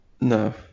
no